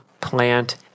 plant